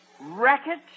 Racket